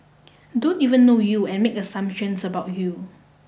don't even know you and make assumptions about you